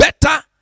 better